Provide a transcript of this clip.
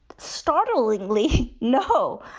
startlingly, no,